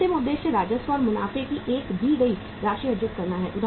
अंतिम उद्देश्य राजस्व और मुनाफे की एक दी गई राशि अर्जित करना है